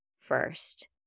first